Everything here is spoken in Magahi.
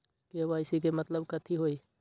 के.वाई.सी के मतलब कथी होई?